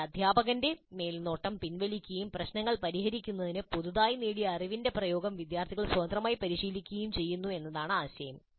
എന്നാൽ അധ്യാപകന്റെ മേൽനോട്ടം പിൻവലിക്കുകയും പ്രശ്നങ്ങൾ പരിഹരിക്കുന്നതിന് പുതുതായി നേടിയ അറിവിന്റെ പ്രയോഗം വിദ്യാർത്ഥികൾ സ്വതന്ത്രമായി പരിശീലിക്കുകയും ചെയ്യുന്നു എന്നതാണ് ആശയം